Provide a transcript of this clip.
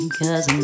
cause